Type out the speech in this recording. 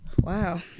Wow